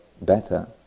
better